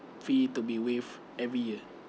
fee to be waived every year